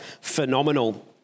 phenomenal